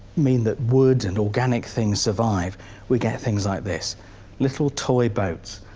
mean that woods and organic things survive we get things like this little toy boats.